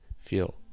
feel